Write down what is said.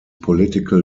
political